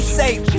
safe